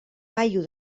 paio